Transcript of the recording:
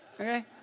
okay